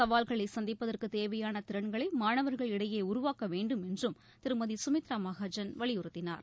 சவால்களைசந்திப்பதற்குதேவையானதிறன்களைமாணவர்கள் இடையேஉருவாக்கவேண்டும் என்றும் திருமதிசுமித்ராமகாஜன் வலியுறுத்தினார்